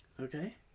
Okay